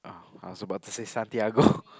I was about to say Santiago